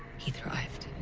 he thrived.